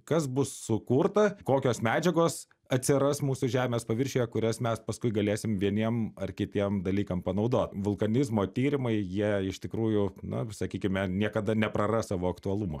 kas bus sukurta kokios medžiagos atsiras mūsų žemės paviršiuje kurias mes paskui galėsim vieniem ar kitiem dalykam panaudot vulkanizmo tyrimai jie iš tikrųjų na sakykime niekada nepraras savo aktualumo